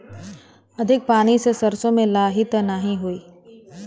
अधिक पानी से सरसो मे लाही त नाही होई?